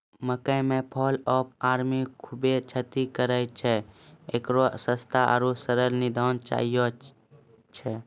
मकई मे fall of army खूबे क्षति करेय छैय, इकरो सस्ता आरु सरल निदान चाहियो छैय?